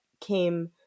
came